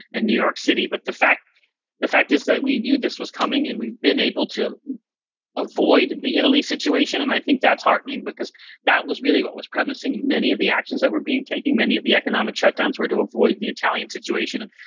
in new york city, but the fact the fact is that we knew this was coming and we've been able to avoid the italy situation, and i think that's heartening because that was really what was premising many of the actions that were being taking, many of the economic shutdowns were to avoid the italian situation.